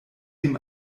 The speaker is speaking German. dem